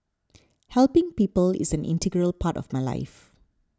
helping people is an integral part of my life